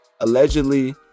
allegedly